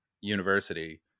university